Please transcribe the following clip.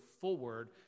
forward